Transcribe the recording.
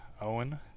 Owen